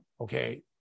okay